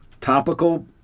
topical